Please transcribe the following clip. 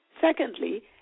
secondly